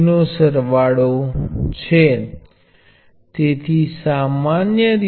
તમે આ પહેલા પણ આટલું જોયું હશે